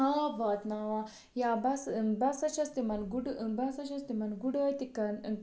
آب واتناوان یا بہٕ ہسا بہٕ ہسا چھَس تِمَن گُٹہٕ بہٕ ہسا چھَس تِمَن گُڑٲے تہِ کران